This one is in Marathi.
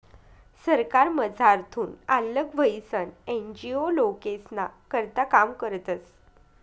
सरकारमझारथून आल्लग व्हयीसन एन.जी.ओ लोकेस्ना करता काम करतस